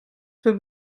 für